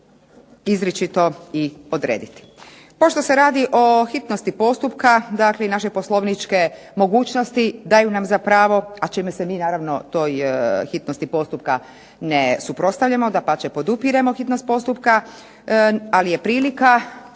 izričito i odrediti. Pošto se radi o hitnosti postupka, dakle i naše poslovničke mogućnosti daju nam za pravo a čime se mi naravno toj hitnosti postupka ne suprotstavljamo. Dapače podupiremo hitnost postupka, ali je prilika